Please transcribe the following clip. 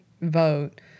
vote